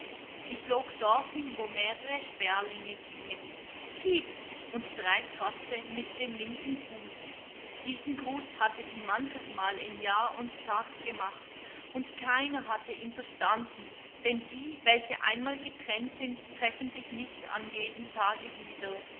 sie flog dorthin wo mehrere sperlinge gingen piep und drei kratze mit dem linken fuß diesen gruß hatte sie manchesmal in jahr und tag gemacht und keiner hatte ihn verstanden denn die welche einmal getrennt sind treffen sich nicht an jedem tage wieder